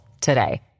today